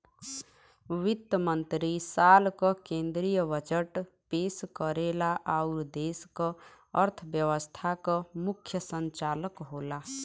वित्त मंत्री साल क केंद्रीय बजट पेश करेला आउर देश क अर्थव्यवस्था क मुख्य संचालक होला